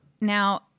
Now